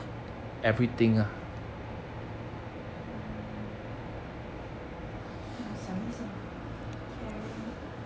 um 让我想一下 karen